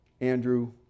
Andrew